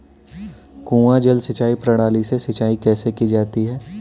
कुआँ जल सिंचाई प्रणाली से सिंचाई कैसे की जाती है?